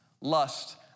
Lust